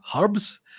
herbs